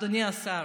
אדוני השר.